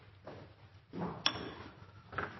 Ja,